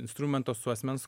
instrumento su asmens